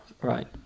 Right